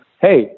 hey